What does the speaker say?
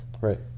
Right